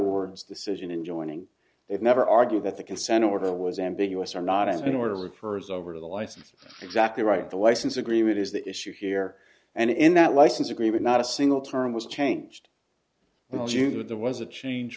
words decision in joining they've never argued that the consent order was ambiguous or not an order refers over to the license exactly right the license agreement is the issue here and in that license agreement not a single term was changed well jr there was a change